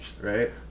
right